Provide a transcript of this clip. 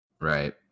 Right